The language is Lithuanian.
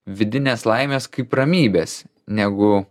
vidinės laimės kaip ramybės negu